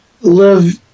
live